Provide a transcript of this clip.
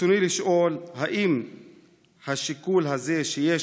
רצוני לשאול: האם השיקול הזה, כשיש